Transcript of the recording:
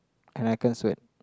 and I can't sweat